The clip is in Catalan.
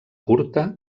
curta